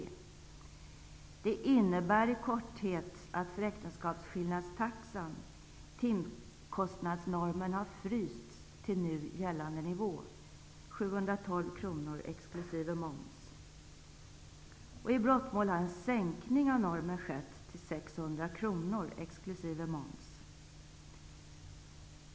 Det innebär i korthet att för äktenskapsskillnadstaxan timkostnadsnormen har frysts till nu gällande nivå, 712 kr exkl. moms. I brottmål har en sänkning av normen skett till 680 kr exkl. moms.